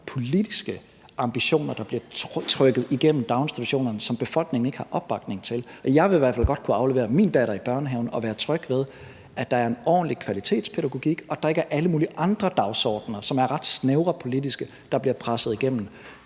politiske ambitioner, der bliver trykket igennem daginstitutionerne, som der ikke er opbakning til i befolkningen. Jeg vil i hvert fald godt kunne aflevere min datter i børnehaven og være tryg ved, at der er en ordentlig kvalitetspædagogik, og at der ikke er alle mulige andre dagsordener, som er ret snævre og politiske, der bliver presset igennem.